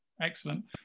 Excellent